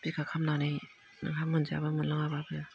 बिखा खामनानै नोंहा मोनजाबा मोनलोङाबाबो